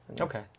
Okay